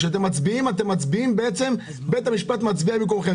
כשאתם מצביעים בעצם בית המשפט מצביע במקומכם.